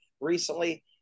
recently